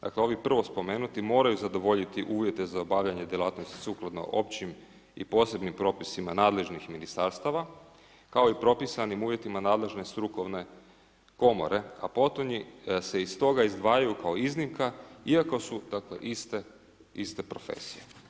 Dakle, ovi prvo spomenuti moraju zadovoljiti uvjete za obavljanje djelatnosti sukladno općim i posebnim propisima nadležnih ministarstava kao i propisanim uvjetima nadležne strukovne komore a potonji se iz toga izdvajaju kao iznimka iako su dakle iste profesije.